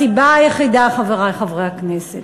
הסיבה היחידה, חברי חברי הכנסת,